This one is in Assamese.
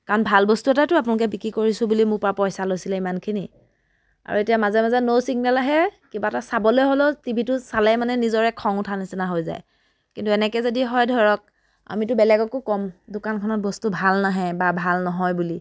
কাৰণ ভাল বস্তু এটাইতো আপোনালোকে বিক্ৰী কৰিছোঁ বুলি মোৰ পৰা পইচা লৈছিলে ইমানখিনি আৰু এতিয়া মাজে মাজে ন' ছিগনেল আহে কিবা এটা চাবলৈ হ'লেও টিভিটো চালে মানে নিজৰে খং উঠা নিচিনা হৈ যায় কিন্তু এনেকৈ যদি হয় ধৰক আমিতো বেলেগকো ক'ম দোকানখনত বস্তু ভাল নাহে বা ভাল নহয় বুলি